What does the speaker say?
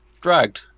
dragged